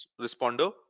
responder